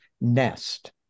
nest